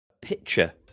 picture